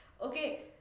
okay